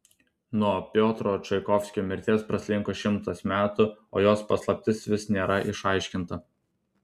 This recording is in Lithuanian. nuo piotro čaikovskio mirties praslinko šimtas metų o jos paslaptis vis nėra išaiškinta